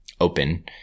open